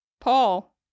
Paul